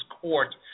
court